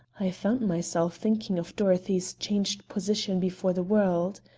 i found myself thinking of dorothy's changed position before the world.